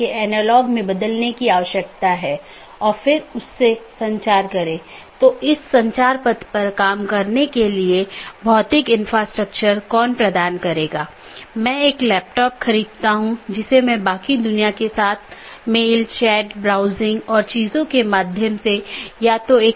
तो इसके लिए कुछ आंतरिक मार्ग प्रोटोकॉल होना चाहिए जो ऑटॉनमस सिस्टम के भीतर इस बात का ध्यान रखेगा और एक बाहरी प्रोटोकॉल होना चाहिए जो इन चीजों के पार जाता है